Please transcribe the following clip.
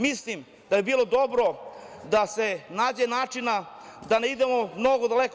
Mislim da je bilo dobro da se nađe načina da ne idemo mnogo daleko.